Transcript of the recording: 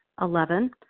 Eleven